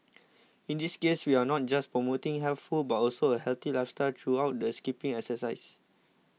in this case we are not just promoting healthy food but also a healthy lifestyle through the skipping exercise